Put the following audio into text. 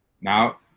Now